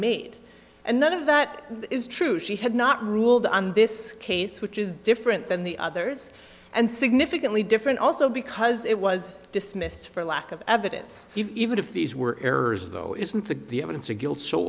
made and none of that is true she had not ruled on this case which is different than the others and significantly different also because it was dismissed for lack of evidence even if these were errors though isn't the evidence of guilt s